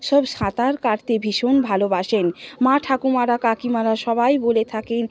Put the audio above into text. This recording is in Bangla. সব সাঁতার কাটতে ভীষণ ভালোবাসেন মা ঠাকুমারা কাকিমারা সবাই বলে থাকেন